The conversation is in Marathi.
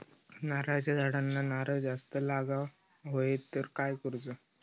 नारळाच्या झाडांना नारळ जास्त लागा व्हाये तर काय करूचा?